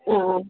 ആ ആ